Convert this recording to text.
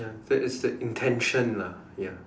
that is the intention lah ya